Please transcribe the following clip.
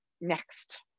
next